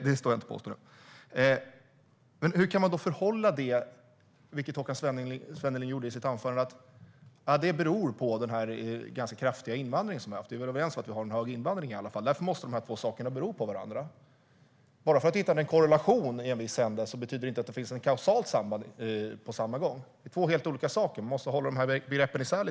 Det står jag inte och påstår. Men hur kan man då hävda - vilket Håkan Svenneling gjorde i sitt anförande - att detta beror på den ganska kraftiga invandring som vi haft? Vi är i alla fall överens om att vi har en hög invandring. Håkan Svenneling verkar anser att de här två sakerna måste bero på varandra. Men bara för att man hittar en korrelation i en viss ända betyder det inte att det finns ett kausalt samband på samma gång. Det är två helt olika saker. Man måste hålla de begreppen isär.